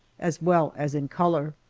as well as in color.